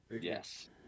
Yes